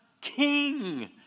king